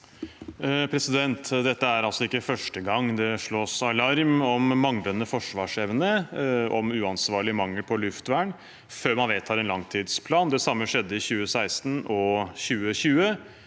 Dette er altså ikke første gang det slås alarm om manglende forsvarsevne og uansvarlig mangel på luftvern før man vedtar en langtidsplan. Det samme skjedde i 2016 og 2020.